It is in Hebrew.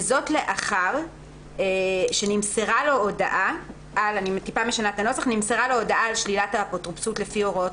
וזאת לאחר שנמסרה לו הודעה על שלילת האפוטרופסות לפי הוראות